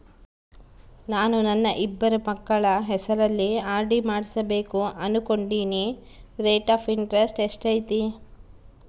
ನಾನು ನನ್ನ ಇಬ್ಬರು ಮಕ್ಕಳ ಹೆಸರಲ್ಲಿ ಆರ್.ಡಿ ಮಾಡಿಸಬೇಕು ಅನುಕೊಂಡಿನಿ ರೇಟ್ ಆಫ್ ಇಂಟರೆಸ್ಟ್ ಎಷ್ಟೈತಿ?